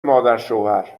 مادرشوهرهرکاری